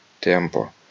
tempo